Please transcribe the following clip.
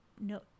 no